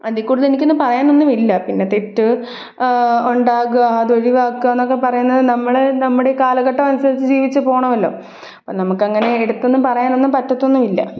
അതില് കൂടുതലെനിക്കൊന്നും പറയാനൊന്നുമില്ല പിന്നെ തെറ്റ് ഉണ്ടാവുക അതൊഴിവാക്കുക എന്നൊക്ക പറയുന്നത് നമ്മുടെ നമ്മുടെ ഈ കാലഘട്ടനുസരിച്ച് ജീവിച്ചു പോണമല്ലോ അപ്പോള് നമുക്കങ്ങനെ എടുത്തൊന്നുമ്പറയാനൊന്നും പറ്റത്തൊന്നുമില്ല